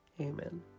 Amen